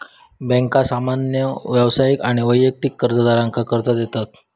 बँका सामान्य व्यावसायिक आणि वैयक्तिक कर्जदारांका कर्ज देतत